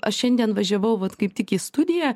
aš šiandien važiavau vat kaip tik į studiją